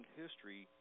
history